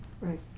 Right